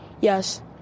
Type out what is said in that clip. yes